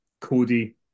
Cody